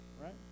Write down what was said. right